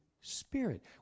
Spirit